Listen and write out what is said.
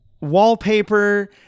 wallpaper